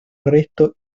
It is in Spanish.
arresto